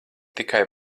tikai